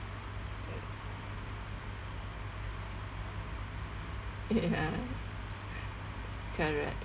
ya correct